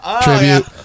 tribute